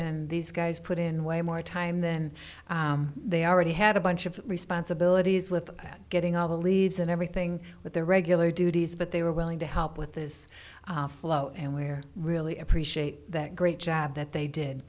and these guys put in way more time than they already had a bunch of responsibilities with getting all the leaves and everything with their regular duties but they were willing to help with this flow and we're really appreciate that great job that they did